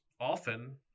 often